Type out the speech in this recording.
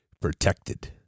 protected